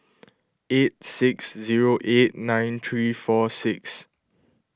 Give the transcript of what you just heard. eight six zero eight nine three four six